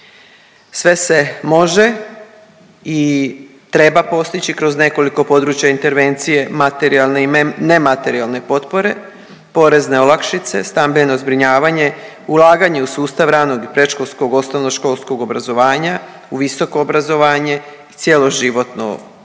Sve se može i treba postići kroz nekoliko područja intervencije materijalne i nematerijalne potpore, porezne olakšice, stambeno zbrinjavanje, ulaganje u sustav ranog i predškolskog, osnovnoškolskog obrazovanja u visoko obrazovanje, cjeloživotno